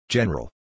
General